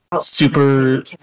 super